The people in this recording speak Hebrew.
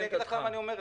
אמרת.